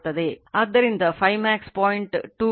ಆದ್ದರಿಂದ Φmax 0